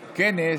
בכנס: